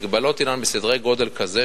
המגבלות הן בסדרי-גודל כאלה,